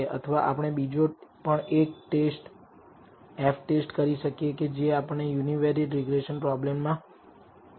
અથવા આપણે બીજો પણ એક ટેસ્ટ F ટેસ્ટ કરી શકીએ જે આપણે યુનિવેરિએટ રીગ્રેસન પ્રોબ્લેમ માં કરેલ